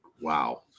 wow